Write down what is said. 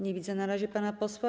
Nie widzę na razie pana posła.